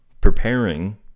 preparing